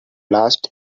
last